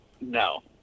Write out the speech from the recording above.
no